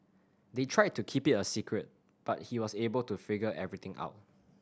they tried to keep it a secret but he was able to figure everything out